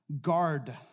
guard